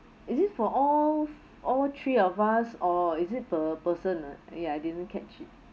is it for all all three of us or is it per person ah I didn't catch it